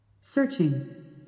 Searching